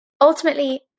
ultimately